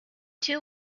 two